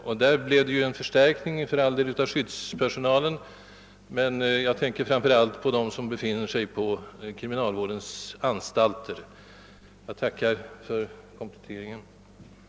Det har för all del genomförts en förstärkning av skyddspersonalen bl.a. för dessa missbrukares övervakning, men vad jag framför allt syftar på är behovet av specialvård för dem som befinner sig på kriminalvårdens anstalter, vilket självfallet också är en budgetfråga. Jag tackar för den komplettering som lämnats till statsrådets svar.